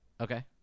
Okay